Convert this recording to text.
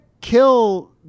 kill